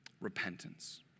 repentance